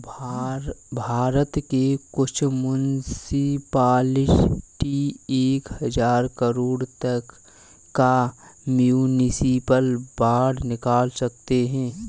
भारत के कुछ मुन्सिपलिटी एक हज़ार करोड़ तक का म्युनिसिपल बांड निकाल सकते हैं